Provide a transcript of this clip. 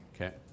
Okay